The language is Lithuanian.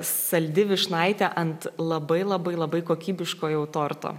saldi vyšnaitė ant labai labai labai kokybiško jau torto